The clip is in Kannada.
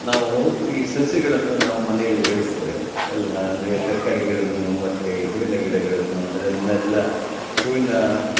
ನಾವು ಈ ಸಸ್ಯಗಳನ್ನು ನಾವು ಮನೆಯಲ್ಲಿ ಬೆಳೆಸ್ತೇವೆ ಎಲ್ಲ ಅಂದರೆ ತರಕಾರಿಗಳನ್ನು ಮತ್ತು ಹೂವಿನ ಗಿಡಗಳನ್ನು ಅದನ್ನೆಲ್ಲ ಹೂವಿನ